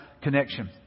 Connection